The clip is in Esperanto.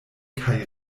kaj